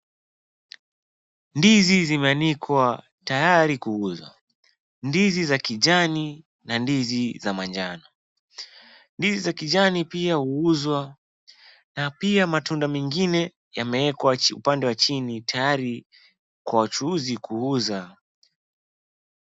Ndizi zimeanikwa tayari kuuzwa, ndizi za kijani na ndizi za manjano. Ndizi za kijani pia uuzwa, na pia matunda mengine yameekwa upande wa chini tayari kwa wachuuzi kuuza.